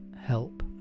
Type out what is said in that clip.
help